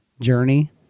journey